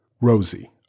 Rosie